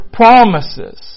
promises